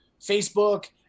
Facebook